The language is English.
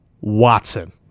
Watson